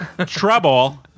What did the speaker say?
Trouble